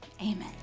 amen